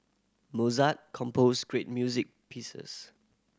Mozart composed great music pieces